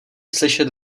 slyšet